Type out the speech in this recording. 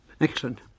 Excellent